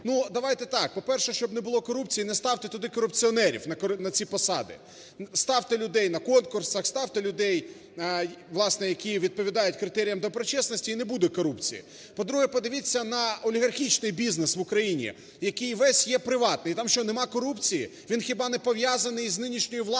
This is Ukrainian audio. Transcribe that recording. Ну давайте так, по-перше, щоб не було корупції, не ставте туди корупціонерів на ці посади, ставте людей на конкурсах, ставте людей, власне, які відповідають критеріям доброчесності і не буде корупції. По-друге, подивіться на олігархічний бізнес в Україні, який весь є приватний, там що нема корупції? Він хіба не пов'язаний з нинішньою владою?